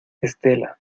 estela